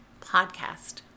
podcast